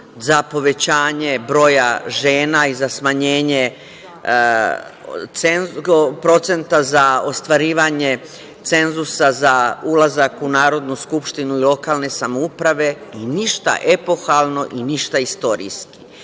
za povećanje broja žena i za smanjenje procenta za ostvarivanje cenzusa za ulazak u Narodnu skupštinu i lokalne samouprave i ništa epohalno i ništa istorijski. Nije